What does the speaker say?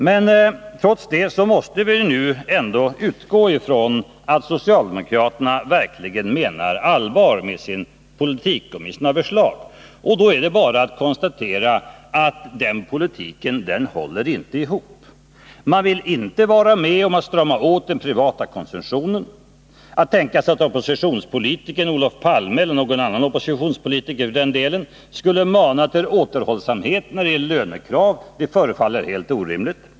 Men trots det måste vi nu ändå utgå från att socialdemokraterna verkligen menar allvar med sin politik och sina förslag, och då är det bara att konstatera att den politiken inte går ihop. Man vill inte vara med om att strama åt den privata konsumtionen. Att tänka sig att oppositionspolitikern Olof Palme — eller någon annan oppositionspolitiker för den delen — skulle mana till återhållsamhet när det gäller lönekrav förefaller helt orimligt.